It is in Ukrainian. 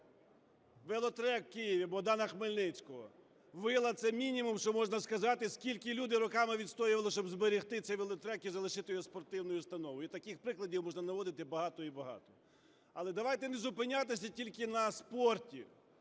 Велотрек в Києві, Богдана Хмельницького. Вила – це мінімум, що можна сказати, скільки люди роками відстоювали, щоб зберегти цей велотрек і залишити його спортивною установою. І таких прикладів можна наводити багато і багато. Але давайте не зупинятися тільки на спорті.